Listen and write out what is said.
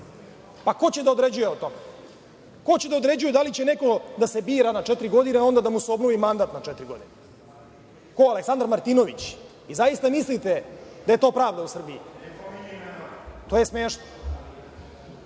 Pa ko će da određuje o tome? Ko će da određuje da li će neko da se bira na četiri godine, a onda da mu se obnovi mandat na četiri godine? Ko, Aleksandar Martinović? Zaista mislite da je to pravda u Srbiji? To je smešno. Hoću